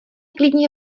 klidně